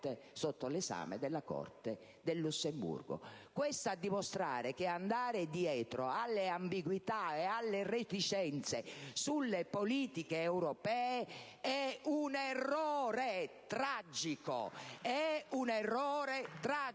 Questo, a dimostrare che andare dietro alle ambiguità e alle reticenze sulle politiche europee è un errore tragico.